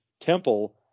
temple